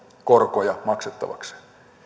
korkoja maksettavakseen